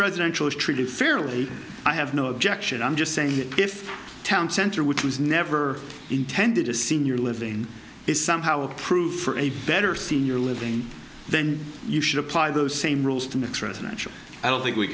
residential is treated fairly i have no objection i'm just saying that if the town center which was never intended to senior living is somehow approved for a better senior living then you should apply the same rules to next presidential i don't